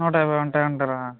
నూట యాభై ఉంటాయంటారా